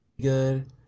Good